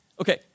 Okay